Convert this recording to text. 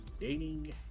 dating